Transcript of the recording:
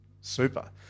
super